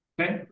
Okay